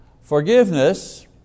Forgiveness